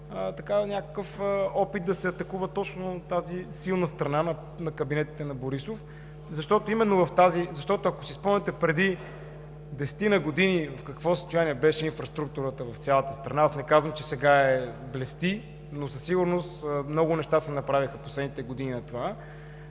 е някакъв опит да се атакува точно тази силна страна на Кабинетите на Борисов. Защото, ако си спомняте, преди десетина години в какво състояние беше инфраструктурата в цялата страна – не казвам, че сега блести, но със сигурност много неща се направиха през последните години от това,